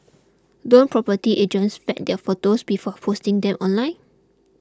don't property agents vet their photos before posting them online